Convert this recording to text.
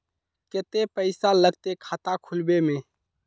केते पैसा लगते खाता खुलबे में?